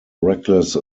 reckless